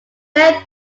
very